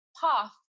path